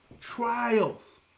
Trials